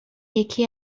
یکی